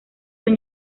son